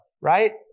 right